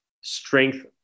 strength